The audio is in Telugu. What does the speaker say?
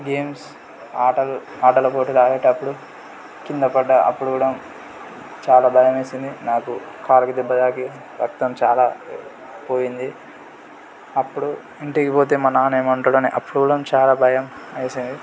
గేమ్స్ ఆటలు ఆటల పోటీలు ఆడేటప్పుడు కిందపడ్డా అప్పుడు కూడా చాలా భయం వేసింది నాకు కాలికి దెబ్బ తాకి రక్తం చాలా పోయింది అప్పుడు ఇంటికిపోతే మా నాన్న ఏమంటాడో అని అప్పుడు కుడా చాలా భయం వేసేది